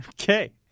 Okay